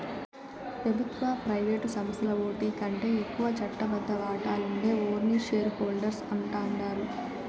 పెబుత్వ, ప్రైవేటు సంస్థల్ల ఓటికంటే ఎక్కువ చట్టబద్ద వాటాలుండే ఓర్ని షేర్ హోల్డర్స్ అంటాండారు